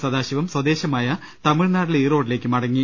സദാശിവം സ്വദേശമായ തമിഴ്നാട്ടിലെ ഈറോഡിലേക്ക് മടങ്ങി